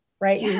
right